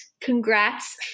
congrats